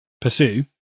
pursue